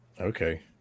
Okay